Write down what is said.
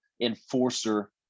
enforcer